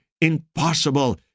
impossible